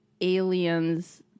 aliens